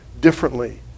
differently